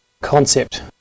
concept